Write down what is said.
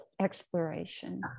exploration